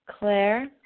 Claire